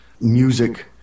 music